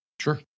Sure